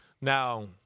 Now